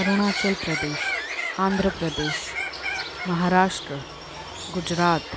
Arunachal Pradesh Andhra Pradesh Maharashtra Gujarat